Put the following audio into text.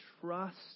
trust